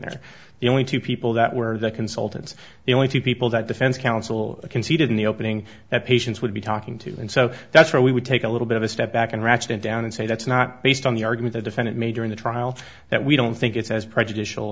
there the only two people that were there consultants the only two people that defense counsel conceded in the opening that patients would be talking to and so that's where we would take a little bit of a step back and ratchet it down and say that's not based on the argument the defendant made during the trial that we don't think it's as prejudicial